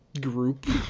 group